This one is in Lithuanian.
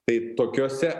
tai tokiose